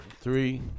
three